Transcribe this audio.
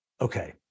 Okay